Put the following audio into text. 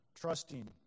trusting